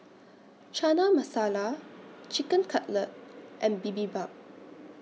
Chana Masala Chicken Cutlet and Bibimbap